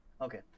Okay